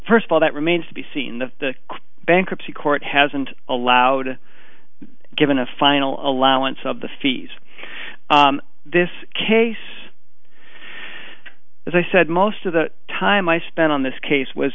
first of all that remains to be seen the bankruptcy court hasn't allowed given a final allowance of the fees this case as i said most of the time i spent on this case was